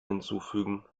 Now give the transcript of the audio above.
hinzufügen